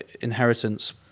inheritance